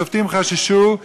השופטים חששו,